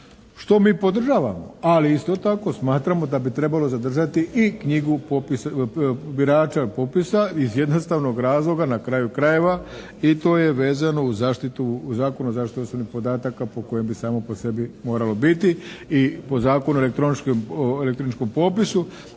Što mi podržavamo, ali isto tako smatramo da bi trebalo zadržati i knjigu birača popisa iz jednostavnog razloga, na kraju krajeva i to je vezano uz Zakon o zaštiti osobnih podataka po kojem bi samo po sebi moralo biti i po Zakonu o elektroničkom popisu